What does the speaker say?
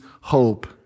hope